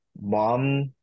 mom